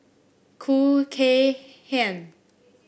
Khoo Kay Hian